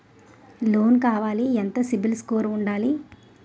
Loan కావాలి ఎంత CIBIL score ఉండాలి?